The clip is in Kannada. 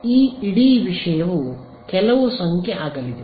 ಈ ಇಡೀ ವಿಷಯವು ಕೆಲವು ಸಂಖ್ಯೆ ಆಗಲಿದೆ